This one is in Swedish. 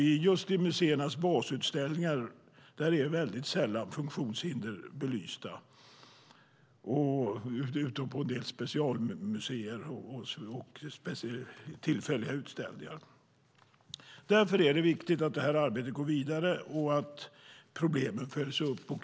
I museernas basutställningar är funktionshinder väldigt sällan belysta, utom på en del specialmuseer och i tillfälliga utställningar. Därför är det viktigt att arbetet går vidare och att problemen följs upp.